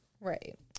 Right